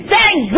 Thank